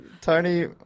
Tony